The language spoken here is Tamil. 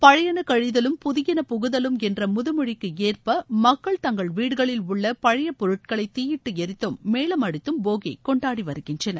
பழையன கழிதலும் புதியன புகுதலும் என்ற முதுமொழிக்கு ஏற்ப மக்கள் தங்கள் வீடுகளில் உள்ள பழைய பொருட்களை அகற்றியும் மேளமடித்தும் போகியை கொண்டாடி வருகின்றனர்